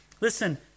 Listen